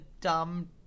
dumb